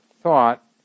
thought